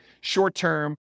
short-term